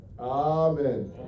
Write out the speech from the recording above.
Amen